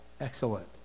Excellent